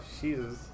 Jesus